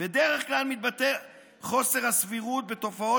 "בדרך כלל מתבטא חוסר הסבירות בתופעות